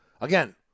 Again